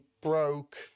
broke